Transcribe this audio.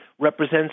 represents